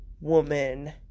woman